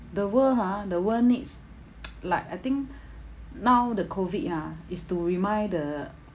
the world ha the world needs like I think now the COVID ah is to remind the